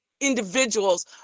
individuals